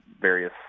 various